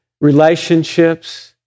relationships